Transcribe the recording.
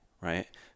right